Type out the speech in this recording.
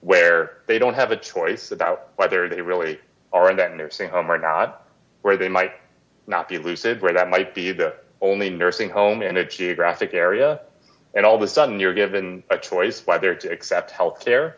where they don't have a choice about whether they really are in that nursing home or not where they might not be lucid where that might be the only nursing home in a geographic area and all the sudden you're given a choice whether to accept health care